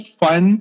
fun